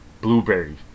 Blueberry